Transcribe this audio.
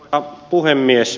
arvoisa puhemies